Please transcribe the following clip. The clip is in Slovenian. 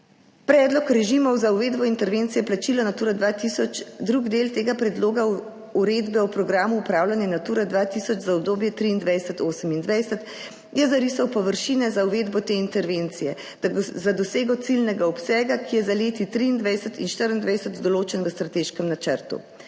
Predlog režimov za uvedbo intervencije plačila Natura 2000, drug del tega predloga uredbe o programu opravljanja Natura 2000 za obdobje 2023-2028 je zarisal površine za uvedbo te intervencije ter za dosego ciljnega obsega, ki je za leti 2023 in 2024 določen v strateškem načrtu.